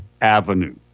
Avenue